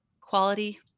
quality